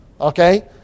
Okay